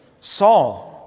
Saul